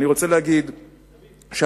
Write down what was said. אני רוצה להגיד שהממשלה,